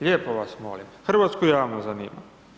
Lijepo vas molim, hrvatski javnost zanima.